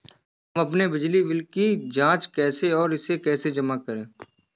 हम अपने बिजली बिल की जाँच कैसे और इसे कैसे जमा करें?